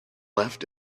left